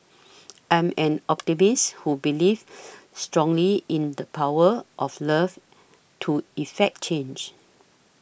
I'm an optimist who believes strongly in the power of love to effect change